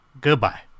goodbye